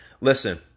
listen